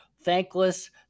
thankless